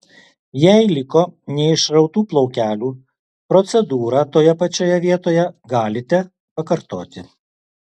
jei liko neišrautų plaukelių procedūrą toje pačioje vietoje galite pakartoti